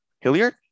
Hilliard